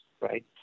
right